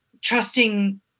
trusting